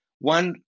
one